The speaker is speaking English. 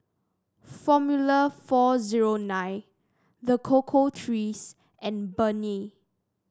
Formula four zero nine The Cocoa Trees and Burnie